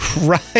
Right